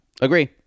agree